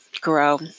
grow